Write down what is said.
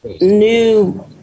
new